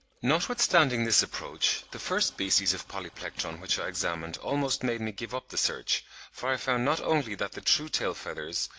notwithstanding this approach, the first species of polyplectron which i examined almost made me give up the search for i found not only that the true tail-feathers,